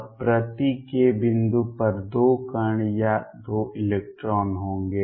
तब प्रति k बिंदु पर 2 कण या 2 इलेक्ट्रॉन होंगे